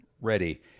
ready